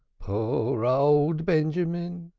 poor old benjamin!